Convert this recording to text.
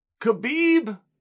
Khabib